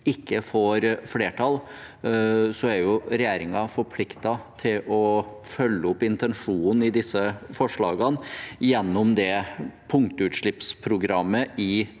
ikke får flertall, er regjeringen forpliktet til å følge opp intensjonen i disse forslagene gjennom punktutslippsprogrammet i